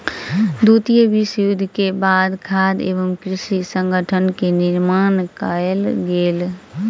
द्वितीय विश्व युद्ध के बाद खाद्य एवं कृषि संगठन के निर्माण कयल गेल